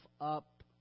up